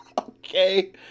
Okay